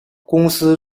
公司